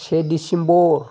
से दिसेम्बर